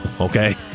okay